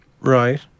Right